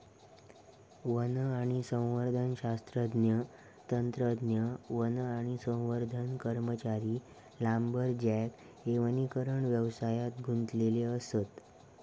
one आणि संवर्धन शास्त्रज्ञ, तंत्रज्ञ, वन आणि संवर्धन कर्मचारी, लांबरजॅक हे वनीकरण व्यवसायात गुंतलेले असत